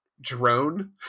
Drone